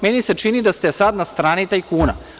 Meni ste čini da ste sada na strani tajkuna.